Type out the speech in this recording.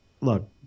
look